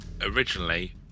originally